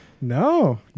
No